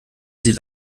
sieht